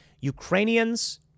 Ukrainians